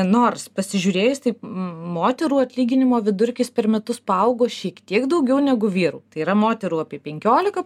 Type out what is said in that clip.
nors pasižiūrėjus moterų atlyginimo vidurkis per metus paaugo šiek tiek daugiau negu vyrų tai yra moterų apie penkiolika